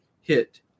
hit